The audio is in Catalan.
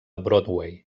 broadway